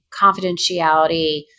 confidentiality